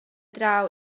draw